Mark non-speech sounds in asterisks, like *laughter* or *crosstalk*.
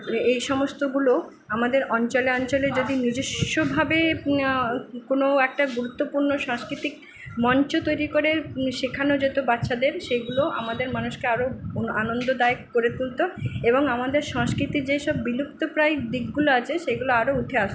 এই সমস্তগুলো আমাদের অঞ্চলে অঞ্চলে যদি নিজস্বভাবে কোনো একটা গুরুত্বপূর্ণ সাংস্কৃতিক মঞ্চ তৈরি করে শেখানো যেতো বাচ্চাদের সেগুলো আমাদের মানুষকে আরও *unintelligible* আনন্দদায়ক করে তুলত এবং আমাদের সংস্কৃতির যেসব বিলুপ্তপ্রায় দিকগুলো আছে সেইগুলো আরও উঠে আসত